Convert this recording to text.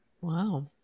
Wow